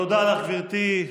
תודה לך, גברתי.